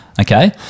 Okay